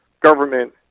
government